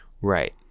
right